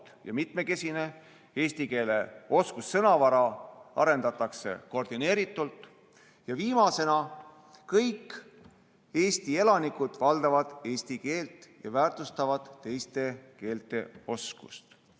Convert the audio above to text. ja mitmekesine, eesti keele oskussõnavara arendatakse koordineeritult, ja viimasena, kõik Eesti elanikud valdavad eesti keelt ja väärtustavad teiste keelte oskust.